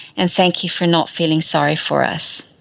and thank you for not feeling sorry for us.